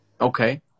Okay